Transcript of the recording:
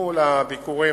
נלוו לביקורים.